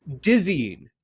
dizzying